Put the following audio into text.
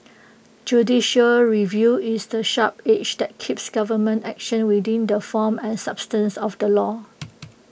judicial review is the sharp edge that keeps government action within the form and substance of the law